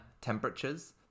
temperatures